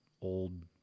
old